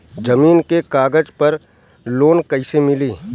जमीन के कागज पर लोन कइसे मिली?